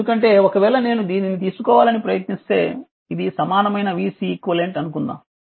ఎందుకంటే ఒకవేళ నేను దీనిని తీసుకోవాలని ప్రయత్నిస్తే ఇది సమానమైన vCeq అనుకుందాం